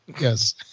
Yes